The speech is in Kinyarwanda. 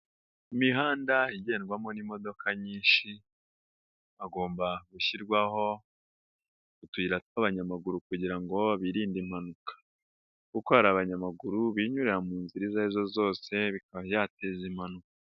Imihanda igendwamo n'imodoka nyinshi hagomba gushyirwaho utuyira twa'abanyamaguru kugira ngo birinde impanuka kuko hari abanyamaguru binyurira mu nzira izo arizo zoseba yateza impanuka.